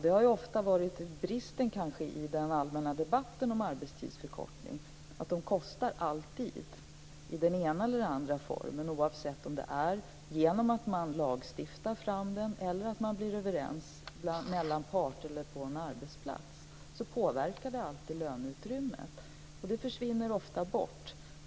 Det har kanske ofta varit bristen i den allmänna debatten om en arbetstidsförkortning - den kostar alltid i den ena eller den andra formen. Oavsett om man lagstiftar fram den eller kommer överens om den mellan parter eller på en arbetsplats så påverkar den alltid löneutrymmet. Detta försvinner ofta.